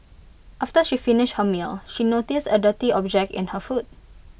after she finished her meal she noticed A dirty object in her food